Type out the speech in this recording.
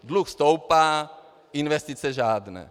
Dluh stoupá, investice žádné.